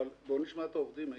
בואו נשמע את העובדים.